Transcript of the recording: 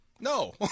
No